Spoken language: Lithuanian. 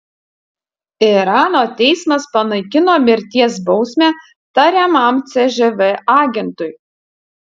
irano teismas panaikino mirties bausmę tariamam cžv agentui